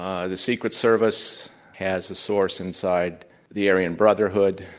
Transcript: um the secret service has a source inside the aryan brotherhood.